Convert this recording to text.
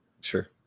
Sure